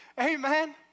Amen